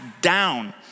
down